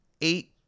eight